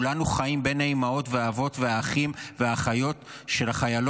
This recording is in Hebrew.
זה לא קשור.